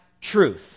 truth